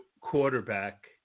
quarterback